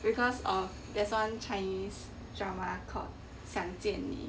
because of there's one chinese drama called 想见你